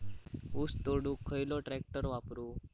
ऊस तोडुक खयलो ट्रॅक्टर वापरू?